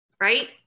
right